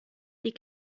die